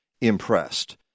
impressed